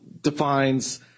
defines